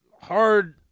hard